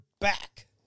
back